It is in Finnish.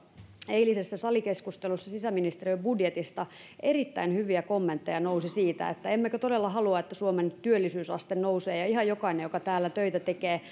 eilisessä salikeskustelussa sisäministeriön budjetista nousi erittäin hyviä kommentteja siitä emmekö todella halua että suomen työllisyysaste nousee ihan jokainen joka täällä töitä tekee